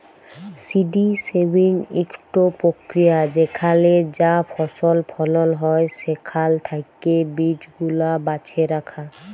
seed saving ইকট পক্রিয়া যেখালে যা ফসল ফলল হ্যয় সেখাল থ্যাকে বীজগুলা বাছে রাখা